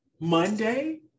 Monday